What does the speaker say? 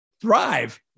thrive